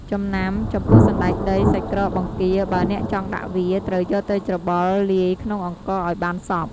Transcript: ចំណាំ ចំពោះសណ្ដែកដី សាច់ក្រក បង្គា បើអ្នកចង់ដាក់វា ត្រូវយកទៅច្របល់លាយក្នុងអង្ករឱ្យបានសព្វ។